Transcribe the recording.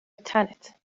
تنت